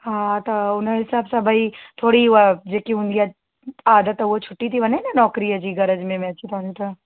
हा त हुन हिसाब सां भई थोरी उहा जेकी हूंदी आहे आदति उहा छुटी थी वञे न नौकिरीअ जी ग़रज़ में अची था वञू त